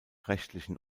rechtlichen